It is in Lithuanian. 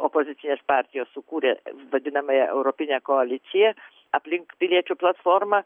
opozicinės partijos sukūrė vadinamąją europinę koaliciją aplink piliečių platformą